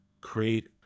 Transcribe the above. create